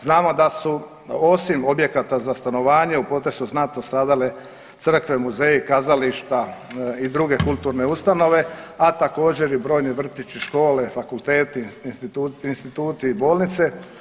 Znamo da su osim objekata za stanovanje u potresu znatno stradale crkve, muzeji, kazališta i druge kulturne ustanove, a također i brojni vrtići, škole, fakulteti, instituti i bolnice.